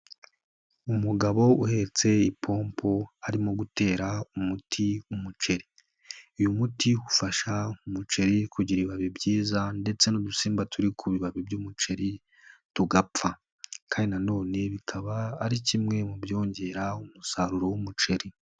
Umugabo uhetse ipompo arimo gutera umuti mu muceri, uyu muti ufasha umuceri kugira ibibabi byiza ndetse n'udusimba turi ku bibabi by'umuceri tugapfa kandi nanone bikaba ari kimwe mu byongera umusaruro w'umuceri.